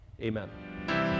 amen